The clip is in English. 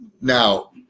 Now